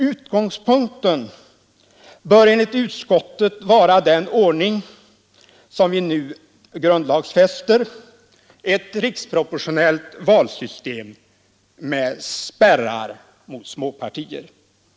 Utgångspunkten bör enligt utskottet vara den ordning som vi nu grundlagsfäster, ett riksproportionellt valsystem med spärrar mot småpartier.